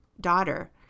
daughter